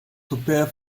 prepare